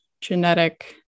genetic